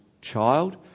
child